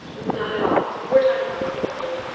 not at all. we're talking about cruelty.